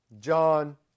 John